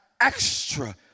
extra